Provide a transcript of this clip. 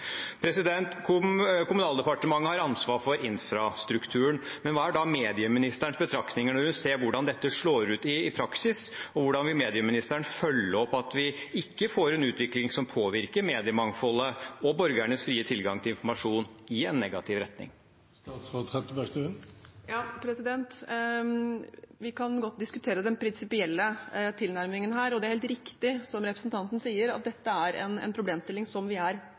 Kommunaldepartementet har ansvar for infrastrukturen, men hva er da medieministerens betraktning når hun ser hvordan dette slår ut i praksis? Hvordan vil medieministeren følge opp at vi ikke får en utvikling som påvirker mediemangfoldet og borgernes frie tilgang til informasjon i en negativ retning? Vi kan godt diskutere den prinsipielle tilnærmingen. Det er helt riktig, som representanten sier, at dette er en problemstilling vi er opptatt av. Nå ligger ekom og den infrastrukturen til en annen fagstatsråd enn meg, men som medieminister er